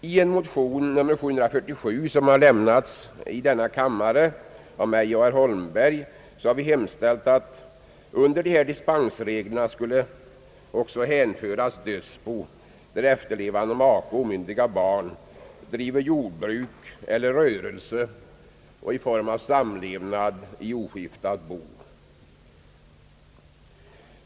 I en motion nr 747 i denna kammare av mig och herr Holmberg hemställer vi, att under de föreslagna dispensreglerna också skulle hänföras dödsbo i de fall då efterlevande make och omyndiga barn driver jordbruk eller rörelse under samlevnad i oskiftat bo.